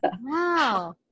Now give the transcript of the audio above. Wow